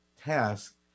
task